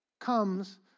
comes